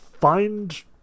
find